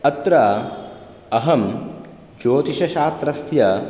अत्र अहं ज्योतिषशास्त्रस्य